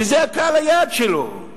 וזה קהל היעד שלו,